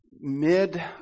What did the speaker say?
mid